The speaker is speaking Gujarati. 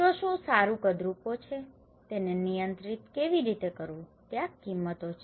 તો શું સારું કદરૂપો છે તેને નિયંત્રિત કેવી રીતે કરવું તે આ કિંમતો છે